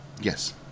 Yes